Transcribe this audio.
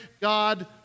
God